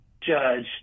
judge